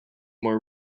more